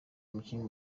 umukinnyi